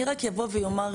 אני רק אבוא ואומר,